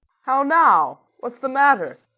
how now! what's the matter?